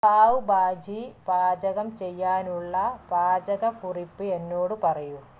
പാവ് ഭാജി പാചകം ചെയ്യാനുള്ള പാചകക്കുറിപ്പ് എന്നോട് പറയൂ